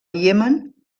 iemen